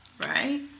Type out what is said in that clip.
Right